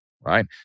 Right